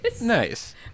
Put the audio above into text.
Nice